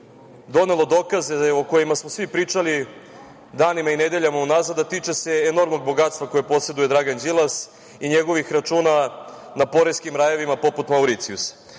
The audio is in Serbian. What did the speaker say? donelo dokaze o kojima smo svi pričali danima i nedeljama unazad, a tiče se enormnog bogatstva koje poseduje Dragan Đilas i njegovih računa na poreskim rajevima poput Mauricijusa.